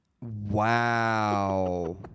Wow